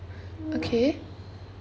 okay